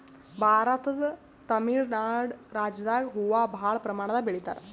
ಭಾರತದ್ ತಮಿಳ್ ನಾಡ್ ರಾಜ್ಯದಾಗ್ ಹೂವಾ ಭಾಳ್ ಪ್ರಮಾಣದಾಗ್ ಬೆಳಿತಾರ್